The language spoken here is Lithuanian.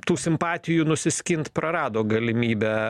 tų simpatijų nusiskint prarado galimybę